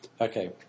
Okay